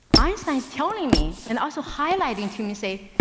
einsteins' telling me and also highlighting to me, say,